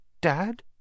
Dad